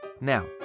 Now